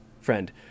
friend